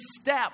step